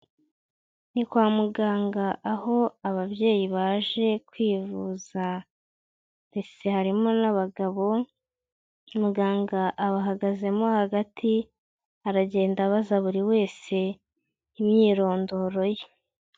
Ni kwa muganga, aho ababyeyi baje kwivuza, mbese harimo n'abagabo, muganga abahagazemo hagati, aragenda abaza buri wese, imyirondoro ye.